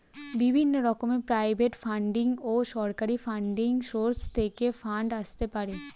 বিভিন্ন রকমের private funding ও সরকারি ফান্ডিং সোর্স থেকে ফান্ড আসতে পারে